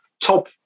top